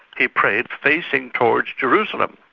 he prayed facing towards jerusalem,